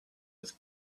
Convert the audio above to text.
with